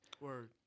Word